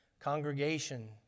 congregation